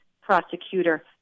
prosecutor